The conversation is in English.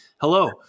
hello